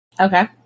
Okay